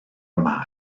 yma